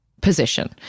position